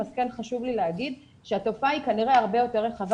אז חשוב לי להגיד שהתופעה היא כנראה הרבה יותר רחבה